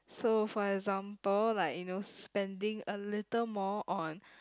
so for example like you know spending a little more on